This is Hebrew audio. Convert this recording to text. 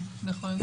נכון.